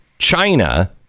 China